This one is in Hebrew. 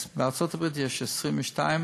בארצות-הברית יש 22,